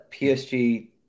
PSG